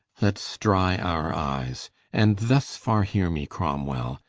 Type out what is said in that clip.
let's dry our eyes and thus farre heare me cromwel,